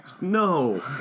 No